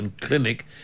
Clinic